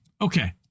Okay